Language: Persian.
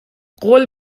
قول